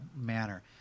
manner